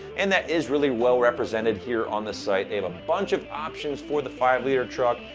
and that is really well represented here on the site. they have a bunch of options for the five liter truck,